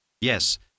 Yes